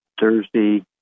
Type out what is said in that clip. Thursday